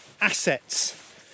assets